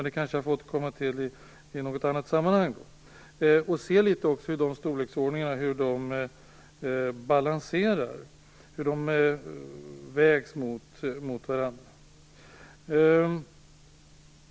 Det kanske jag får återkomma till i något annat sammanhang och då se hur de olika satsningarna vägs mot varandra.